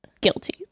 Guilty